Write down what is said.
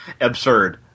Absurd